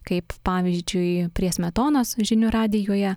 kaip pavyzdžiui prie smetonos žinių radijuje